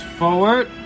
forward